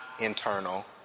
internal